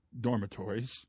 dormitories